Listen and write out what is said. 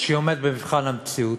שעומדת במבחן המציאות.